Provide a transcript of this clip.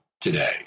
today